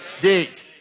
date